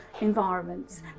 environments